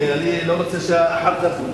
כי אני לא רוצה שאחר כך,